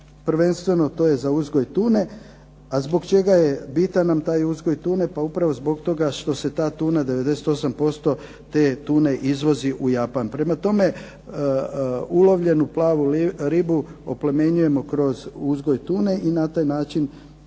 prvenstveno to je za uzgoj tune, a zbog čega je bitan nam taj uzgoj tune? Pa upravo zbog toga što se ta tuna 98% te tune izvozi u Japan. Prema tome ulovljenu plavu ribu oplemenjujemo kroz uzgoj tune i na taj način